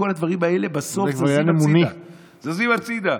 כל הדברים האלה בסוף זזים הצידה.